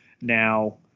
now